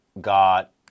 got